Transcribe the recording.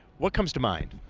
what comes to mind?